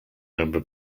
member